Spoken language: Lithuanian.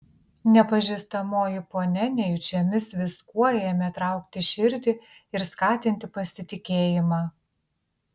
nepažįstamoji ponia nejučiomis viskuo ėmė traukti širdį ir skatinti pasitikėjimą